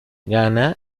gana